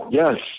yes